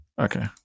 Okay